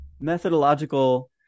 methodological